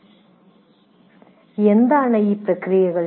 എന്താണ് ഈ പ്രക്രിയകൾ